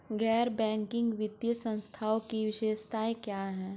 गैर बैंकिंग वित्तीय संस्थानों की विशेषताएं क्या हैं?